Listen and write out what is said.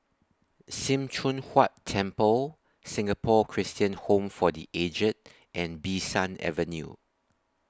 SIM Choon Huat Temple Singapore Christian Home For The Aged and Bee San Avenue